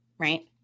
Right